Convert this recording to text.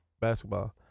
basketball